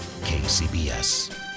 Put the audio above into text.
KCBS